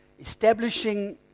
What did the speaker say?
Establishing